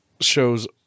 shows